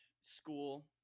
school